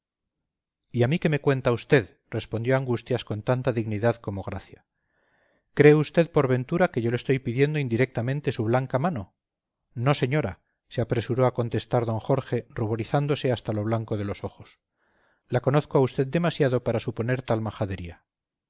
y a mí qué me cuenta usted respondió angustias con tanta dignidad como gracia cree usted por ventura que yo le estoy pidiendo indirectamente su blanca mano no señora se apresuró a contestar d jorge ruborizándose hasta lo blanco de los ojos la conozco a usted demasiado para suponer tal majadería